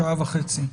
שעה וחצי.